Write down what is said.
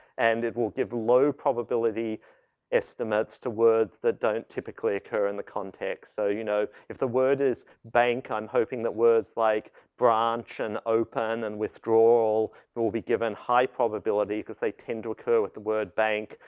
and it will give low probability estimates to words that don't typically occur in the context so, you know, if the word is bank, i'm hoping that words like branch, and open, and withdrawal, but will be given high probability, cause they tend to occur with the word bank.